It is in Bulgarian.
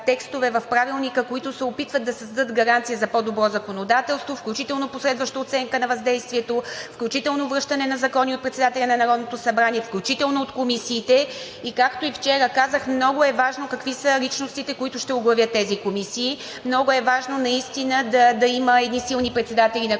текстове в Правилника, които се опитват да създадат гаранция за по-добро законодателство, включително последваща оценка на въздействието, включително връщане на закони от председателя на Народното събрание, включително от комисиите. Както и вчера казах, много е важно какви са личностите, които ще оглавят тези комисии, много е важно наистина да има едни силни председатели на